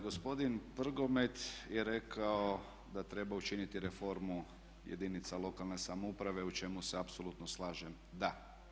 Gospodin Prgomet je rekao da treba učiniti reformu jedinica lokalne samouprave u čemu se apsolutno slažem da.